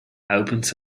opened